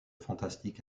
fantastiques